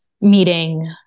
meeting